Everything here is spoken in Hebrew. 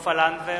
סופה לנדבר,